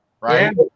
right